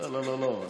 לא לא לא.